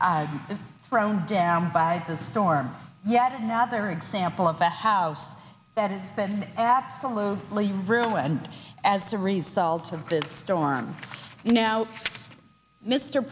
and thrown down by the storm yet another example of a house that has been absolutely ruined as a result of this storm now mr